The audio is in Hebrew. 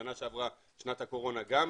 בשנה שעברה, שנת הקורונה גם